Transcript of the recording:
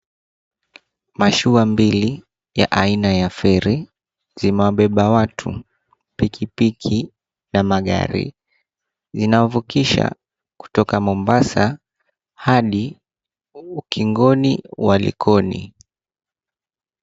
Mashua mbili za aina ya feri zimewabeba watu, pikipiki na magari zinawavukisha kutoka Mombasa hadi ukingoni wa Likoni.